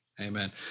Amen